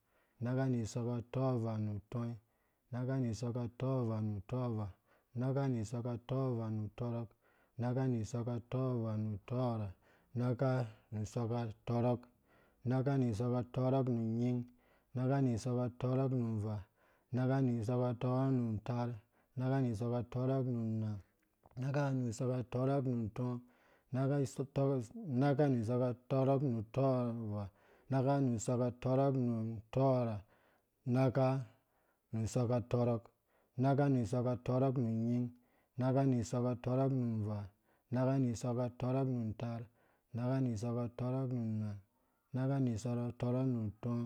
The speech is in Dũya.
Unakka nu isɔkka tɔɔvaa nu utɔi, unakka nu isɔkka tɔɔvaa nu utɔɔvaa unakka nu isɔkka tɔɔvaa nu utɔrɔk, unakka nu isɔkka tɔɔvaa nu utɔɔrha unakka nu isɔkka atɔrɔk, unakka nu isɔkka tɔrɔk nu nvaa, unakka nu isɔkka tɔrɔk nu nvaa, unakka nu isɔkka tɔrɔk nu ntaar, unakka nu isokikatorok nu nna unakka nu isɔkka tɔrɔk nu untɔɔ unakka isɔkka tɔrɔk nu utɔɔvaa, unakka nu isɔkka tɔrɔk nu utɔrɔk unakka nu isɔkka tɔrɔk nu utɔɔrha unakka nu isɔkka tɔrɔk nu unyaa unakka nu isɔkka tɔrɔk nu unyaa, unakka nu isɔkkatatɔrɔk nu ntaar, unakka nu isɔkka tɔrɔk nunna, unakka nu isɔkka tɔrɔk nu ntɔɔ